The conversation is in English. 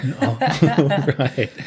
Right